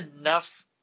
enough